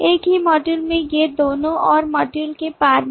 एक ही मॉड्यूल में ये दोनों और मॉड्यूल के पार नहीं